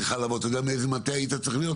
כי אתה יודע מאיזה מטה היה צריך להביא?